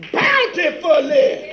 bountifully